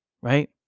Right